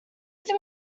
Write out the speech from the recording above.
ddim